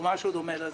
או משהו דומה לזה.